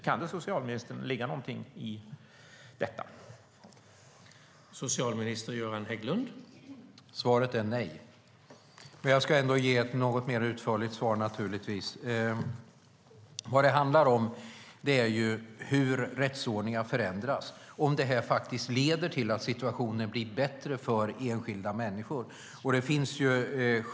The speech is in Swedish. Kan det, socialministern, ligga någonting i detta?